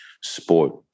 sport